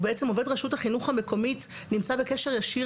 עובד רשות החינוך המקומית נמצא בקשר ישיר